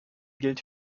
gilt